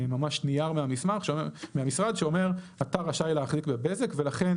ממש נייר מהמשרד שאומר 'אתה רשאי להחזיק בבזק' ולכן